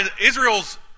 Israel's